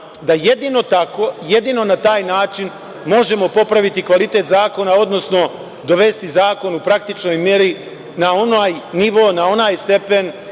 da jedino tako, jedino na taj način možemo popraviti kvalitet zakona, odnosno dovesti zakon u praktičnoj meri na onaj nivo, stepen